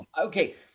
Okay